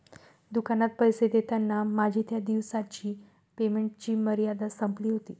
दुकानात पैसे देताना माझी त्या दिवसाची पेमेंटची मर्यादा संपली होती